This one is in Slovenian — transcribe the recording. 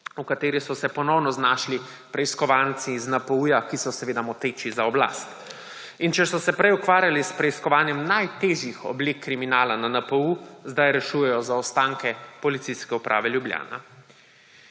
v kateri so se ponovno znašli preiskovalci iz NPU, ki so seveda moteči za oblast. In če so se prej ukvarjali s preiskovanjem najtežjih oblik kriminala na NPU, zdaj rešujejo zaostanke Policijske uprave Ljubljana.